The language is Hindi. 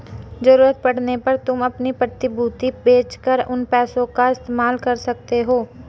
ज़रूरत पड़ने पर तुम अपनी प्रतिभूति बेच कर उन पैसों का इस्तेमाल कर सकते हो